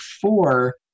four